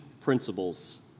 principles